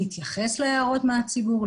להתייחס להערות הציבור,